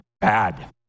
bad